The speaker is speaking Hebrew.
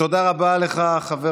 אנחנו לא נתיר לשוטר להיכנס למרחב הפרטי,